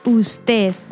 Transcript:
usted